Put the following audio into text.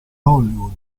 hollywood